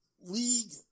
league